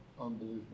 unbelievable